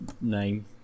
name